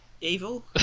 Evil